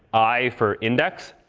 i for index,